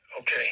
Okay